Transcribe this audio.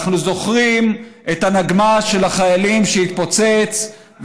אנחנו זוכרים את הנגמ"ש של החיילים שהתפוצץ,